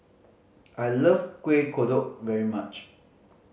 I love Kuih Kodok very much